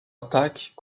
attaques